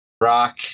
rock